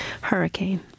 hurricane